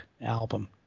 album